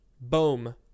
Boom